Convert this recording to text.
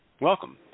Welcome